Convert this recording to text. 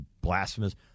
blasphemous